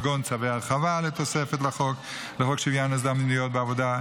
כגון צווי הרחבה לתוספת לחוק שוויון ההזדמנויות בעבודה,